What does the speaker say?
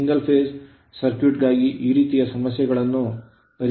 single phase circuit ಗಾಗಿ ಈ ರೀತಿಯ ಸಮಸ್ಯೆಗಳನ್ನು ಈ ರೀತಿ ಪರಿಹರಿಸಬೇಕು